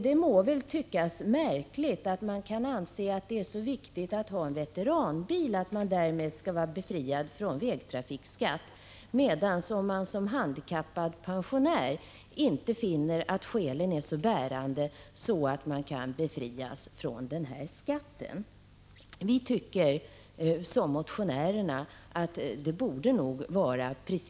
Det må väl tyckas märkligt att det kan anses vara så viktigt att ha en veteranbil att man därmed skall vara befriad från vägtrafikskatt, medan skälen inte anses tillräckligt bärande för att handikappade pensionärer skall befrias från den skatten. Vi tycker som motionärerna att det nog borde vara precis tvärtom: om det — Prot.